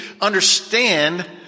understand